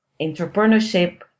entrepreneurship